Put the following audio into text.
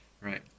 Right